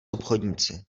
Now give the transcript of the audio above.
obchodníci